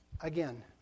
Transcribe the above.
again